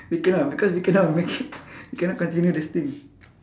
we cannot because we cannot make we cannot continue this thing